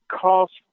cost